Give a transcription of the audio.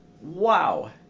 Wow